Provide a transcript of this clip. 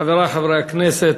חברי חברי הכנסת,